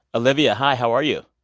olivia, hi. how are you?